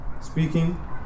speaking